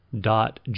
dot